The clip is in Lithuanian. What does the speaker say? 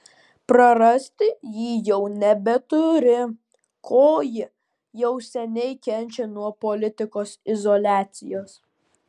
prarasti ji jau nebeturi ko ji jau seniai kenčia nuo politikos izoliacijos